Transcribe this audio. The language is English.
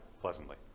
pleasantly